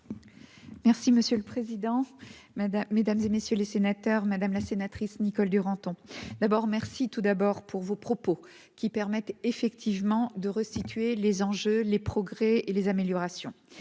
Merci monsieur le président, Mesdames, Mesdames et messieurs les sénateurs, Madame la scène. Nicole Duranton, d'abord merci tout d'abord pour vos propos qui permettent effectivement de resituer les enjeux, les progrès et les améliorations